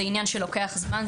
זה עניין שלוקח זמן.